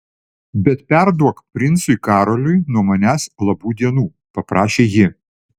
bet perduok princui karoliui nuo manęs labų dienų paprašė ji